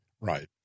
Right